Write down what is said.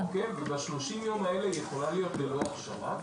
וב-30 הימים האלה היא יכולה להיות ללא הכשרה.